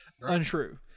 Untrue